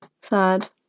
sad